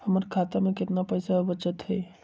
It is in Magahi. हमर खाता में केतना पैसा बचल हई?